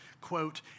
Quote